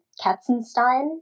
Katzenstein